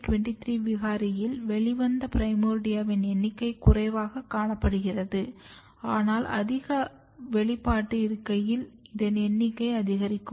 GATA23 விகாரியில் வெளிவந்த பிரைமோர்டியாவின் எண்ணிக்கை குறைவாக காணப்படுகிறது ஆனால் அதிக வெளிப்பாடு இருக்கையில் இதன் எண்ணிக்கை அதிகரிக்கும்